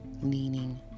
leaning